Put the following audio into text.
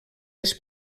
les